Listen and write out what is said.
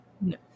No